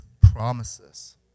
promises